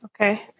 Okay